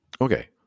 Okay